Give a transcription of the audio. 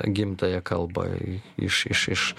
gimtąją kalbą iš iš iš